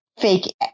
fake